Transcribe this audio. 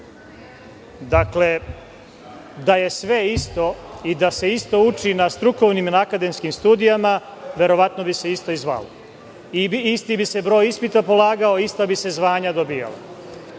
Dakle, da je sve isto i da se isto uči na strukovnim i akademskim studijama, verovatno bi se isto zvalo i isti bi se broj ispita polagao, ista bi se zvanja dobijala. Dakle,